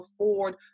afford